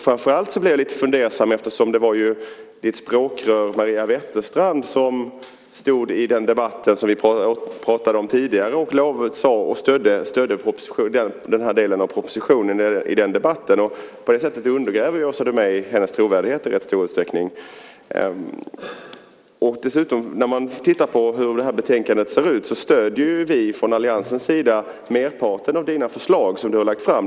Framför allt blir jag lite fundersam eftersom ditt språkrör Maria Wetterstrand i den debatt vi pratade om tidigare stödde den här delen av propositionen. På det här sättet undergräver ju Åsa Domeij hennes trovärdighet i rätt stor utsträckning. När man tittar i betänkandet ser man att vi från alliansens sida stöder merparten av de förslag som du har lagt fram.